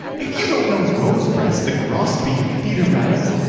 if you don't know rosebreast the grosbeak, peter rabbit,